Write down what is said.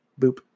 Boop